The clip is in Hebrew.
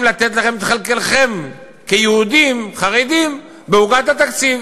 לתת לכם את חלקכם כיהודים חרדים בעוגת התקציב.